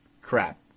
crap